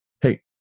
hey